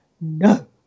no